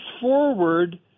forward